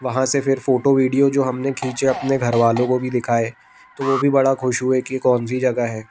वहाँ से फिर फोटो विडियो जो हमने खींचें अपने घर वालों को भी दिखाए तो वो भी बड़ा खुश हुए की ये कौन सी जगह है